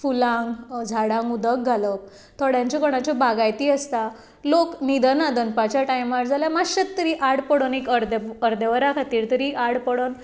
फुलांक झाडांक उदक घालप थोड्यांच्यो कोणाच्यो बागायती आसता लोक न्हिदना दनपारच्या टायमार जाल्यार मातशे तरी आड पडून एक अर्दें वरा खातीर तरी आड पडून